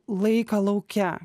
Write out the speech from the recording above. laiką lauke